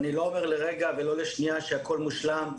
אני לא אומר לרגע ולא לשנייה שהכול מושלם.